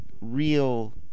real